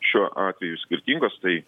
šiuo atveju skirtingos tai